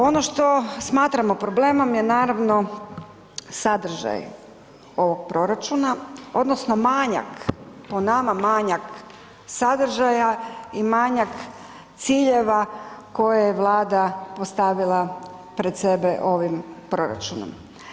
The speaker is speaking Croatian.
Ono što smatramo problemom je naravno sadržaj ovog proračuna odnosno manjak, po nama manjak sadržaja i manjak ciljeva koje je Vlada postavila pred sebe ovim proračunom.